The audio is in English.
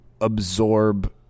absorb